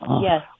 Yes